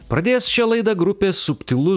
pradės šia laida grupė subtilu